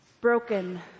broken